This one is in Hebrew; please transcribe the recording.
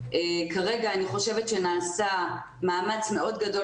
כרגע אני חושבת שנעשה מאמץ מאוד גדול